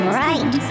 right